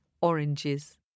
oranges